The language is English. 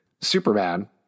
superman